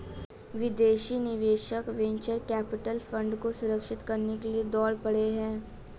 विदेशी निवेशक venture capital fund को सुरक्षित करने के लिए दौड़ पड़े हैं